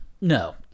No